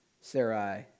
Sarai